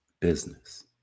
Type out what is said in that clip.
business